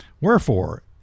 Wherefore